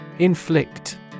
Inflict